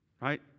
right